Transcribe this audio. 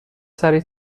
سریع